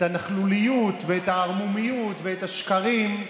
את הנכלוליות ואת הערמומיות ואת השקרים,